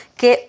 che